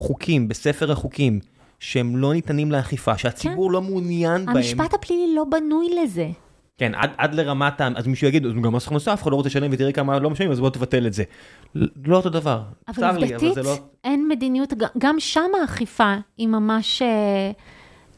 חוקים בספר החוקים שהם לא ניתנים לאכיפה, שהציבור לא מעוניין בהם. כן, המשפט הפלילי לא בנוי לזה. כן, עד לרמת ה... אז מישהו יגיד גם מס הכנסה אף אחד לא רוצה לשלם ותראי כמה לא משלמים אז בוא תבטל את זה. לא אותו דבר, צר לי אבל זה לא... אבל עובדתית אין מדיניות, גם שם האכיפה היא ממש אה....